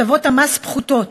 הטבות המס פחותות,